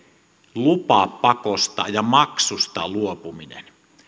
lupapakosta ja maksusta luopuminen